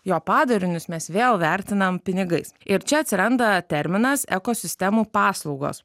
jo padarinius mes vėl vertinam pinigais ir čia atsiranda terminas ekosistemų paslaugos